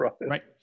Right